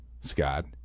Scott